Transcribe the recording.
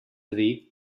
dir